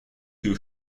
who